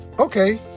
okay